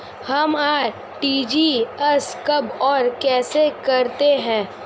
हम आर.टी.जी.एस कब और कैसे करते हैं?